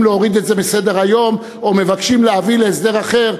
להוריד את זה מסדר-היום או מבקשים להביא להסדר אחר,